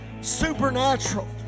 Supernatural